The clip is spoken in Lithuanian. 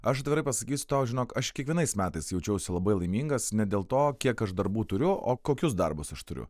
aš atvirai pasakys tau žinok aš kiekvienais metais jaučiausi labai laimingas ne dėl to kiek aš darbų turiu o kokius darbus aš turiu